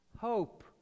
Hope